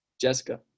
Jessica